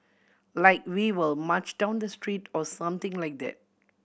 like we will march down the street or something like that